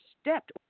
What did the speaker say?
stepped